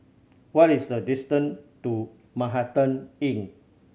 what is the distant to Manhattan Inn